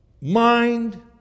mind